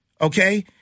okay